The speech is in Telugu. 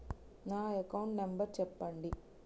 నా అకౌంట్ నంబర్ చెప్పండి?